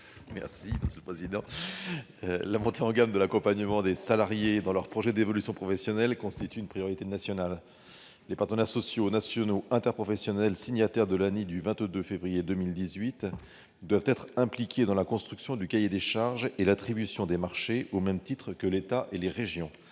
M. Martin Lévrier. La montée en gamme de l'accompagnement des salariés dans leurs projets d'évolution professionnelle constitue une priorité nationale. Les partenaires sociaux nationaux interprofessionnels, signataires de l'ANI du 22 février dernier, doivent être impliqués dans la construction du cahier des charges et l'attribution des marchés, au même titre que l'État et les régions.